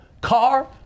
car